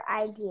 idea